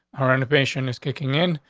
her innovation is kicking in.